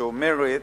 שאומרת: